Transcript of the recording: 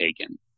taken